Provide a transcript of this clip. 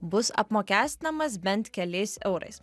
bus apmokestinamas bent keliais eurais